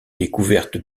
découverte